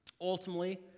Ultimately